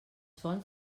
fonts